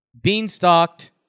Beanstalked